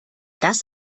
das